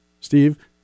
Steve